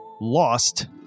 lost